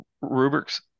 rubrics